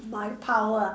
my power ah